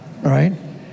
right